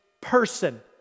person